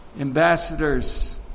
Ambassadors